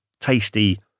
tasty